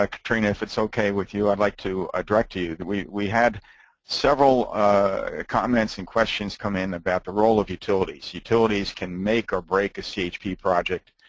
ah katrina if it's okay with you, i'd like to ah direct to you. we we had several comments and questions come in about the role of utilities. utilities can make or break a chp project,